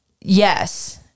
Yes